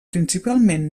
principalment